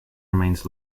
remains